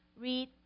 read